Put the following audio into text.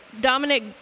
Dominic